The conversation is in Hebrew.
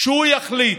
שהוא יחליט,